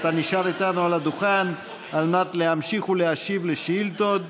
אתה נשאר איתנו על הדוכן על מנת להמשיך ולהשיב על שאילתות.